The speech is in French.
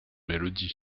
mélodies